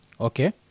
Okay